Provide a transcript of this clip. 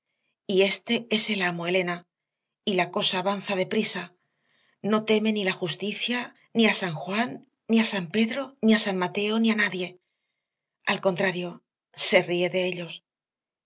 éste es el amo elena y la cosa avanza deprisa no teme ni a la justicia ni a san juan ni a san pedro ni a san mateo ni a nadie al contrario se ríe de ellos